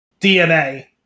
DNA